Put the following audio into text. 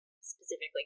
specifically